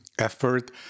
effort